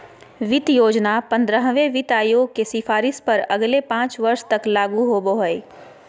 वित्त योजना पंद्रहवें वित्त आयोग के सिफारिश पर अगले पाँच वर्ष तक लागू होबो हइ